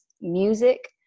music